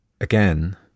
again